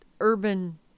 urban